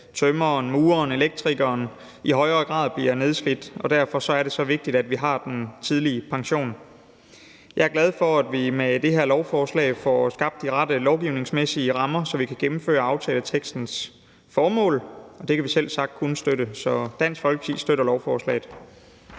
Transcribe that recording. tømreren, mureren og elektrikeren i højere grad nedslidt. Derfor er det så vigtigt, at vi har den tidlige pension. Jeg er glad for, at vi med det her lovforslag får skabt de rette lovgivningsmæssige rammer, så vi kan opfylde aftaletekstens formål. Det kan vi selvsagt kun støtte. Så Dansk Folkeparti støtter lovforslaget.